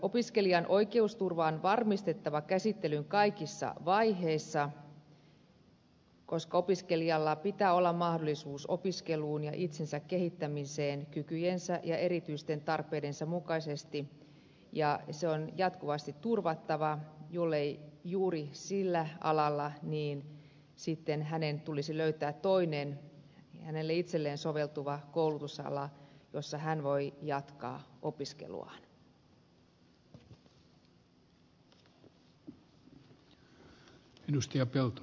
opiskelijan oikeusturva on varmistettava käsittelyn kaikissa vaiheissa koska opiskelijalla pitää olla mahdollisuus opiskeluun ja itsensä kehittämiseen kykyjensä ja erityisten tarpeidensa mukaisesti ja se on jatkuvasti turvattava jollei juuri sillä alalla niin sitten hänen tulisi löytää toinen itselleen soveltuva koulutusala jolla hän voi jatkaa opiskeluaan